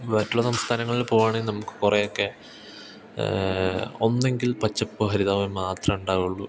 മറ്റുള്ള സംസ്ഥാനങ്ങളിൽ പോവാണെങ്കിൽ നമുക്ക് കുറെ ഒക്കെ ഒന്നെങ്കിൽ പച്ചപ്പ് ഹരിതാഭം മാത്രമേ ഉണ്ടാവുള്ളൂ